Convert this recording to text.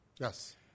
Yes